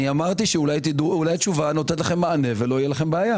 אמרתי שאולי תשובה נותנת לכם מענה ולא תהיה לכם בעיה.